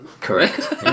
Correct